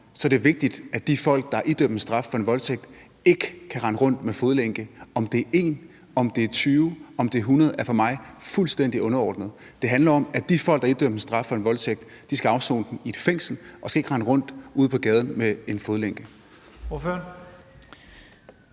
om, er det vigtigt, at de folk, der er idømt en straf for en voldtægt, ikke kan rende rundt med fodlænke. Om det er 1, om det er 20, om det er 100 personer, er for mig fuldstændig underordnet. Det handler om, at de folk, der idømmes straf for en voldtægt, skal afsone den i et fængsel og ikke rende rundt ude på gaden med en fodlænke.